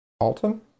Alton